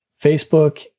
Facebook